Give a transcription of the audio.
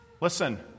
Listen